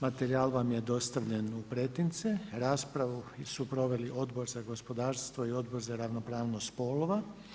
Materijal vam je dostavljen u pretince, raspravu su proveli Odbor za gospodarstvo i Odbor za ravnopravnost spolova.